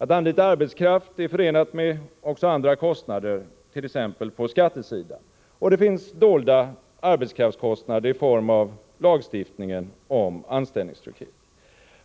Att anlita arbetskraft är också förenat med andra kostnader, t.ex. på skattesidan. Det finns också dolda arbetskraftskostnader, bl.a. i lagstiftningen om anställningstrygghet.